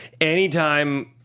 anytime